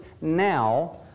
now